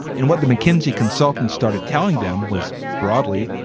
and what the mckinsey consultant started telling them was broadly,